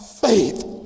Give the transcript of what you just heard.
faith